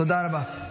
תודה רבה.